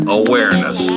awareness